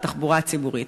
על התחבורה הציבורית.